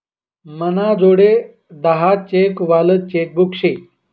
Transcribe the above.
मनाजोडे दहा चेक वालं चेकबुक शे